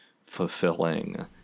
fulfilling